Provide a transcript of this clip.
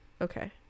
Okay